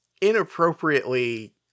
inappropriately